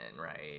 right